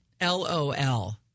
L-O-L